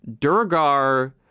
Durgar